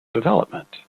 development